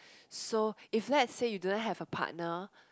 so if let's say you do not have a partner